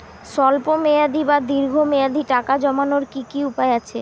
স্বল্প মেয়াদি বা দীর্ঘ মেয়াদি টাকা জমানোর কি কি উপায় আছে?